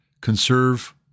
conserve